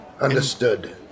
Understood